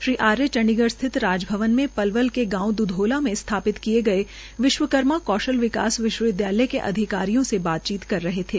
श्री आर्य चंडीगढ़ स्थित राज भवन में पलवल के गांव द्धोला में स्थापित विश्वकर्मा कौशल विकास विश्वविद्यालय के अधिकारियों से बातचीत कर रहे थे